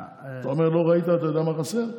אתה אומר שלא ראית ואתה יודע מה חסר?